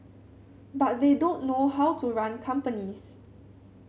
but they don't know how to run companies